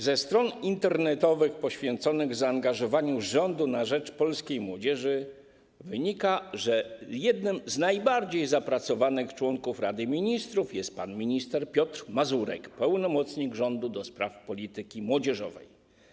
Ze stron internetowych poświęconych zaangażowaniu rządu na rzecz polskiej młodzieży wynika, że jednym z najbardziej zapracowanych członków Rady Ministrów jest pan minister Piotr Mazurek, pełnomocnik rządu do spraw polityki młodzieżowej.